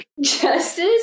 Justice